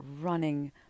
running